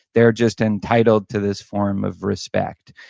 they're just entitled to this form of respect.